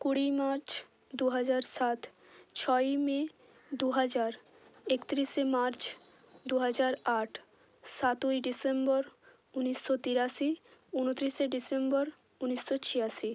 কুড়ি মার্চ দু হাজার সাত ছয়ই মে দু হাজার একত্রিশে মার্চ দু হাজার আট সাতই ডিসেম্বর ঊনিশশো তিরাশি ঊনত্রিশে ডিসেম্বর ঊনিশশো ছিয়াশি